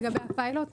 לגבי הפיילוט,